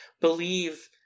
believe